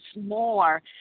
more